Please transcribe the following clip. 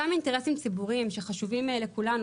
אותם אינטרסים ציבוריים שחשובים לכולנו,